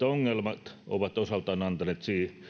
ongelmat ovat osaltaan